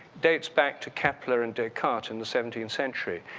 dates back to capular and descartes in the seventeenth century.